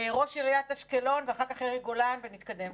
ראש עיריית אשקלון ואחר כך יאיר גולן, ונתקדם.